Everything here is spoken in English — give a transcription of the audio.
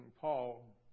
Paul